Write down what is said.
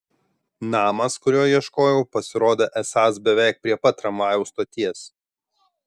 namas kurio ieškojau pasirodė esąs beveik prie pat tramvajaus stoties